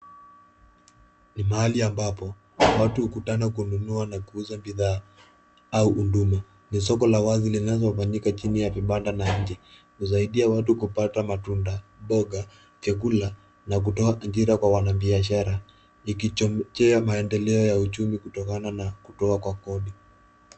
Ni mahali ambapo watu hukutana kununua na kuuza bidhaa au huduma. Ni soko la wazi linalofanyika chini ya vibanda na nje. Husaidia watu kupata matunda, mboga, vyakula na kutoa ajira kwa wanabiashara likichochea maendeleo ya uchumi kutokana na kutoa kwa kodi.